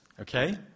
Okay